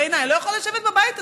בעיניי לא יכול לשבת בבית הזה.